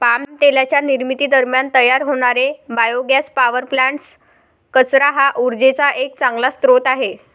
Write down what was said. palm तेलाच्या निर्मिती दरम्यान तयार होणारे बायोगॅस पॉवर प्लांट्स, कचरा हा उर्जेचा एक चांगला स्रोत आहे